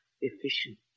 efficient